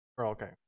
okay